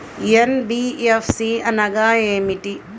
NBFC అనగా ఏమిటీ?